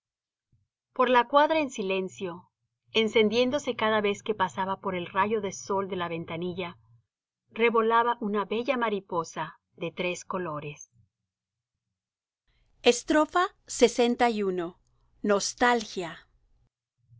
por la cuadra en silencio encendiéndose cada vez que pasaba por el rayo de sol de la ventanilla revolaba una bella mariposa de tres colores lxi nostalgia